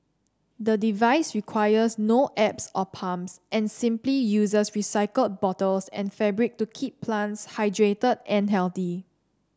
the device requires no apps or pumps and simply uses recycled bottles and fabric to keep plants hydrated and healthy